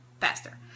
faster